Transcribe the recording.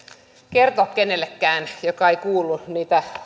siitä kenellekään joka ei kuullut niitä